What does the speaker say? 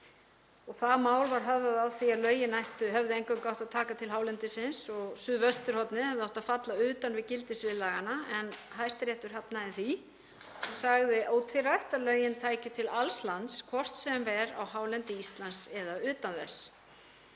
Það mál var höfðað á því að lögin hefðu eingöngu átt að taka til hálendisins og suðvesturhornið hefði átt að falla utan við gildissvið laganna en Hæstiréttur hafnaði því og sagði ótvírætt að lögin tækju til alls lands, hvort sem er á hálendi Íslands eða utan þess.